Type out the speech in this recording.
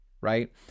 Right